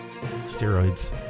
steroids